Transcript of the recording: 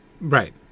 Right